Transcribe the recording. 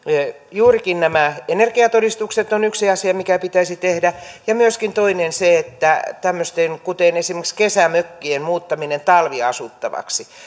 juurikin nämä energiatodistukset on yksi asia mikä pitäisi tehdä ja myöskin toinen se että tämmöiset kuin esimerkiksi kesämökin muuttaminen talviasuttavaksi